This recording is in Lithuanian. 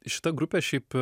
šita grupė šiaip